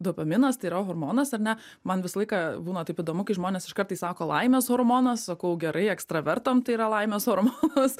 dopaminas tai yra hormonas ar ne man visą laiką būna taip įdomu kai žmonės iškart tai sako laimės hormonas sakau gerai ekstravertam tai yra laimės hormonas